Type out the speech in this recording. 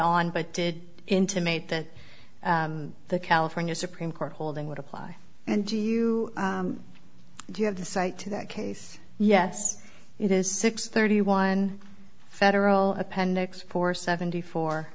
on but did intimate that the california supreme court holding would apply and do you give the cite to that case yes it is six thirty one federal appendix four seventy four